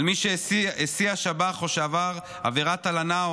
על מי שהסיע שב"ח או שעבר עבירת הלנה או